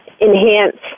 enhance